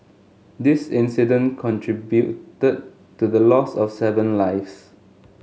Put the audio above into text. this incident contributed to the loss of seven lives